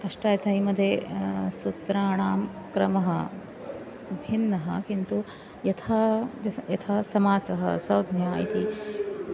अष्टाध्यायी मध्ये सूत्राणां क्रमः भिन्नः किन्तु यथा जस यथा समासः संज्ञा इति